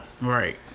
Right